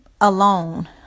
alone